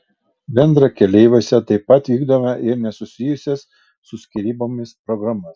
bendrakeleiviuose taip pat vykdome ir nesusijusias su skyrybomis programas